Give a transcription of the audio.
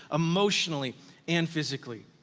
emotionally and physically.